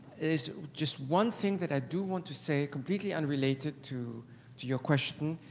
is just one thing that i do want to say completely unrelated to to your question,